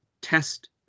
test